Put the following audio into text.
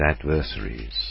adversaries